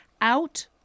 out